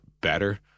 better